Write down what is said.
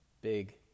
big